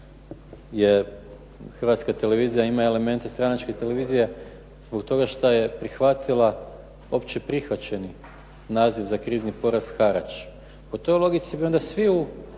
Hrvatska televizija ima elemente stranačke televizije zbog toga šta je prihvatila opće prihvaćeni naziv za krizni porez harač. Po toj logici bi onda svi